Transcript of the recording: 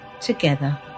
together